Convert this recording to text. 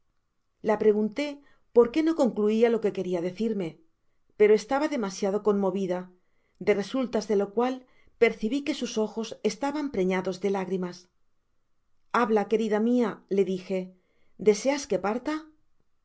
la pregunté por qué no concluia lo que queria decirme pero estaba demasiado conmovida de resultas de lo cual percibi que sus ojos estaban preñados de lágrimas habla querida mia le dije deseas que parta